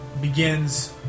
begins